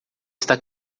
está